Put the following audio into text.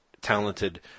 talented